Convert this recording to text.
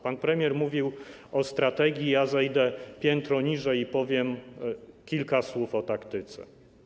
Pan premier mówił o strategii, ja zejdę piętro niżej i powiem kilka słów o taktyce.